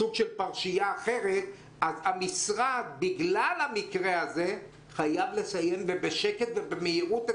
בפרשייה אחרת ובגלל המקרה הזה המשרד חייב לסיים בשקט ובמהירות את